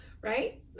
right